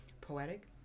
poetic